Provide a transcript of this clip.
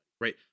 right